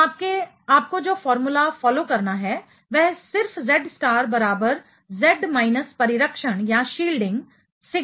तो आपको जो फॉर्मूला फॉलो करना है वह सिर्फ Z स्टार बराबर Z माइनस परिरक्षण शील्डिंग सिग्मा है सही